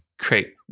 Great